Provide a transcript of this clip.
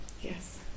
Yes